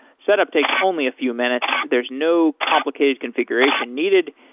set up takes only a few minutes. there's no complicated configuration needed,